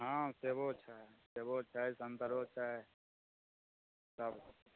हँ सेबो छै सेबो छै संतरो छै तब